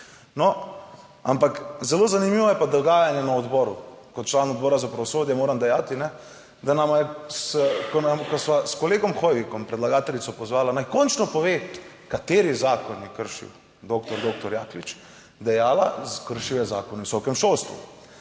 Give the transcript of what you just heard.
No, ampak zelo zanimivo je pa dogajanje na odboru. Kot član Odbora za pravosodje moram dejati, da nama je ko sva s kolegom Hoivikom predlagateljico pozvala, naj končno pove kateri zakon je kršil doktor doktor Jaklič dejala, kršil je Zakon o visokem šolstvu.